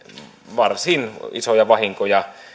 varsin isoja vahinkoja